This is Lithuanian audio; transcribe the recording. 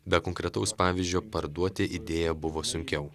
be konkretaus pavyzdžio parduoti idėją buvo sunkiau